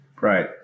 Right